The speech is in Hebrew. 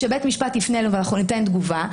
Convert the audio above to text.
כאשר בית המשפט יפנה אלינו ואנחנו ניתן תגובה,